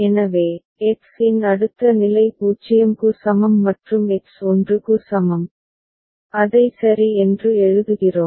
எனவே X இன் அடுத்த நிலை 0 க்கு சமம் மற்றும் X 1 க்கு சமம் அதை சரி என்று எழுதுகிறோம்